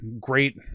great